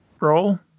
roll